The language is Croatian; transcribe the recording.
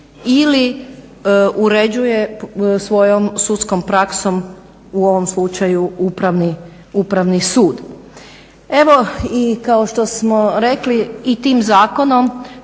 ili uređuje svojom sudskom praksom u ovom slučaju Upravni sud. Evo i kao što smo rekli i tim zakonom